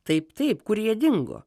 taip taip kur jie dingo